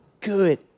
good